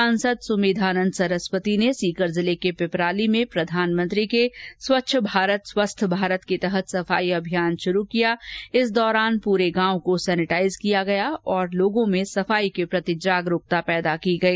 सांसद सुमेधानंद सरस्वती ने सीकर जिले के पिपराली में प्रधानमंत्री के स्वच्छ भारत स्वस्थ भारत के तहत सफाई अभियान शुरू कियाइस दौरान पूरे गांव को सैनिटाइज किया गया और लोगों में सफाई के प्रति जागरूकता पैदा की गई